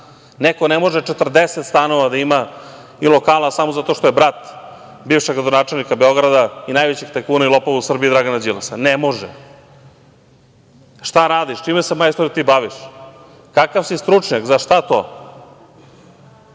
Neko ne može 40 stanova da ima samo zato što je brat bivšeg gradonačelnika Beograda i najvećeg tajkuna i lopova u Srbiji Dragana Đilasa. Ne može. Šta radiš? Čime se, bre, ti baviš? Kakav si stručnjak? Za šta to?